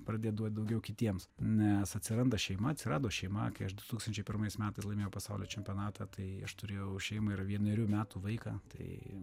pradėt duot daugiau kitiems nes atsiranda šeima atsirado šeima kai aš du tūkstančiai pirmais metais laimėjau pasaulio čempionatą tai aš turėjau šeimą ir vienerių metų vaiką tai